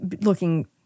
looking